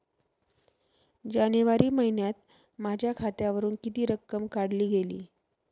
जानेवारी महिन्यात माझ्या खात्यावरुन किती रक्कम काढली गेली?